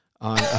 on